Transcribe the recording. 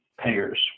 payers